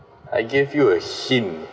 I give you a hint